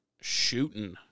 shooting